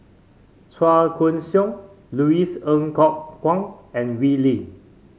Chua Koon Siong Louis Ng Kok Kwang and Wee Lin